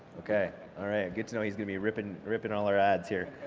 okay all right, good to know he's gonna be ripping ripping all our ads here.